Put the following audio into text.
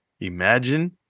Imagine